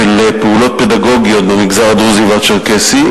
פעולות פדגוגיות במגזר הדרוזי והצ'רקסי,